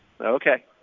Okay